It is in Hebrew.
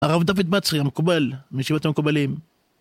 הרב דוד בצרי המקובל, מישיבת המקובלים